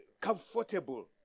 comfortable